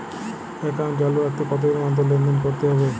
Account চালু রাখতে কতদিন অন্তর লেনদেন করতে হবে?